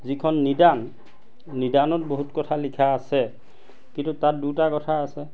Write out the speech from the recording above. যিখন নিদান নিদানত বহুত কথা লিখা আছে কিন্তু তাত দুটা কথা আছে